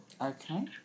Okay